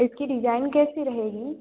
इसकी डिजाइन कैसी रहेगी